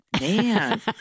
Man